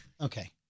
Okay